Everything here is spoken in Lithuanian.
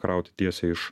krauti tiesiai iš